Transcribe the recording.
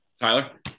Tyler